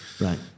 right